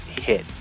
hit